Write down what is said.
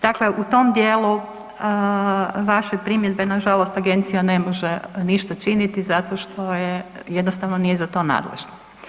Dakle, u tom djelu vašeg primjedbe, nažalost agencija ne može ništa činiti zato što je jednostavno nije za to nadležna.